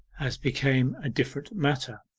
as became a different matter.